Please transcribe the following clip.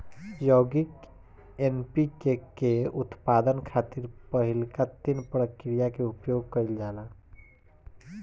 यौगिक एन.पी.के के उत्पादन खातिर पहिलका तीन प्रक्रिया के उपयोग कईल जाला